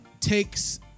takes